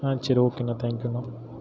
ஆ சரி ஓக்கேணா தேங்க் யூணா